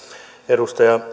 edustaja